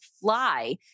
fly